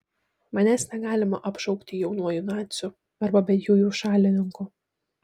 manęs negalima apšaukti jaunuoju naciu arba bent jau jų šalininku